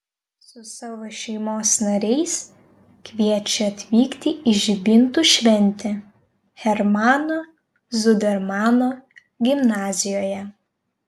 su savo šeimos nariais kviečia atvykti į žibintų šventę hermano zudermano gimnazijoje